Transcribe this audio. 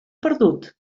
perdut